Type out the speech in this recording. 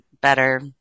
better